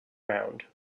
round